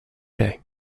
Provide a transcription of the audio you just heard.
day